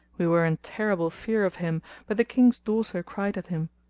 we were in terrible fear of him but the king's daughter cried at him,